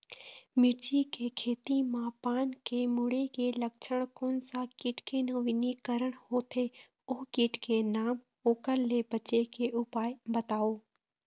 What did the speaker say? मिर्ची के खेती मा पान के मुड़े के लक्षण कोन सा कीट के नवीनीकरण होथे ओ कीट के नाम ओकर ले बचे के उपाय बताओ?